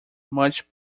much